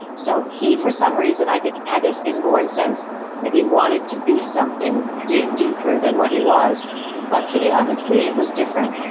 so he for some reason i think had this inborn sense that he wanted to be something deeper deeper than what he was but for the other three it was different.